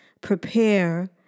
prepare